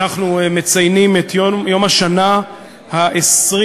אנחנו מציינים את יום השנה ה-24